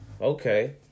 Okay